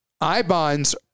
I-bonds